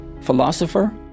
philosopher